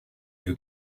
you